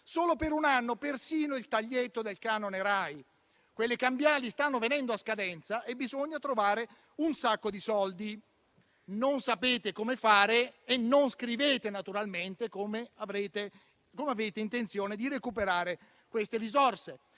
solo per un anno persino il taglietto del canone RAI. Quelle cambiali stanno venendo a scadenza e bisogna trovare un sacco di soldi. Non sapete come fare e naturalmente non scrivete come avete intenzione di recuperare quelle risorse.